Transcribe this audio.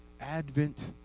Advent